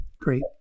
great